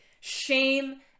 shame